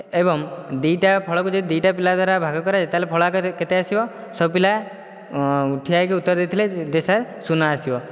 ଏବଂ ଦୁଇଟା ଫଳକୁ ଯଦି ଦୁଇଟା ପିଲାଙ୍କ ଦ୍ଵାରା ଭାଗ କରାଯିବ ତ ଫଳ କେତେ ଆସିବ ସବୁ ପିଲା ଠିଆ ହେଇକି ଉତ୍ତର ଦେଇଥିଲେ ଯେ ସାର୍ ଶୂନ ଆସିବ